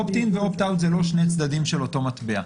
"איפט-אין" ו"אופט-אאוט" זה לא שני צדדים של אותו מטבע.